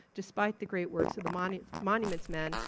despite the great works of the monuments monuments men,